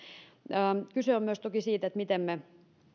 kyse on myös toki siitä miten me